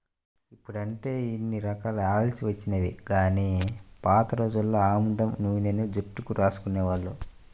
ఇప్పుడంటే ఇన్ని రకాల ఆయిల్స్ వచ్చినియ్యి గానీ పాత రోజుల్లో ఆముదం నూనెనే జుట్టుకు రాసుకునేవాళ్ళు